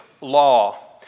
law